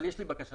אבל יש לי בקשה.